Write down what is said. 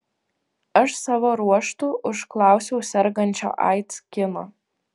aš savo ruožtu užklausiau sergančio aids kino